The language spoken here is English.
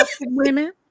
women